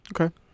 Okay